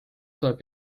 tuleb